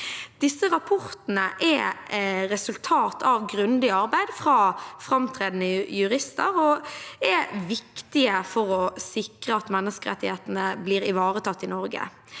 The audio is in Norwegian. rapportene er et resultat av grundig arbeid fra framtredende jurister og er viktige for å sikre at menneskerettighetene blir ivaretatt i Norge.